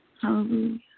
Hallelujah